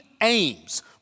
aims